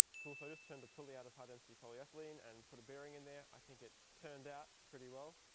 cool so just turn to pull the out of high density polyethylene and put a bearing in there, i think it turned out pretty well.